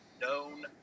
known